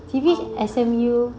其实 S_M_U